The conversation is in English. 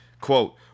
Quote